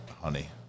honey